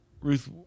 Ruth